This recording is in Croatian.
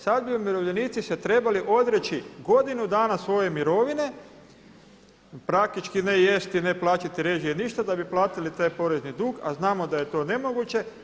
Sad bi umirovljenici se trebali odreći godinu dana svoje mirovine, praktički ne jesti, ne plaćati režije ništa, da bi platili taj porezni dug, a znamo da je to nemoguće.